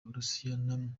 uburusiya